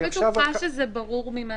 בטוחה שזה ברור לפי מה